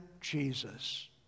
Jesus